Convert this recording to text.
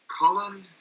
Colin